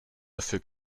dafür